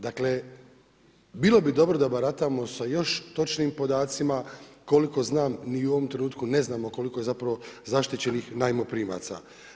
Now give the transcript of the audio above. Dakle bilo bi dobro da baratamo sa još točnijim podacima koliko znam mi u ovom trenutku ne znamo koliko je zaštićenih najmoprimaca.